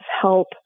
help